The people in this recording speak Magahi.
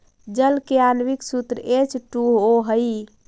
जल के आण्विक सूत्र एच टू ओ हई